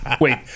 Wait